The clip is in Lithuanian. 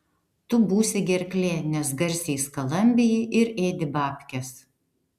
tu būsi gerklė nes garsiai skalambiji ir ėdi babkes